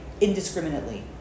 indiscriminately